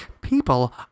people